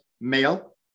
male